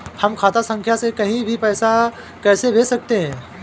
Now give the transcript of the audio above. हम खाता संख्या से कहीं भी पैसे कैसे भेज सकते हैं?